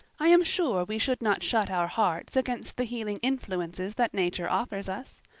i am sure we should not shut our hearts against the healing influences that nature offers us.